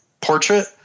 portrait